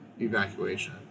evacuation